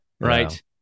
right